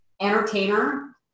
entertainer